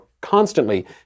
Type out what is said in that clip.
constantly